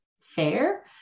fair